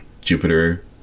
jupiter